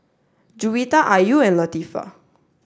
Juwita Ayu and Latifa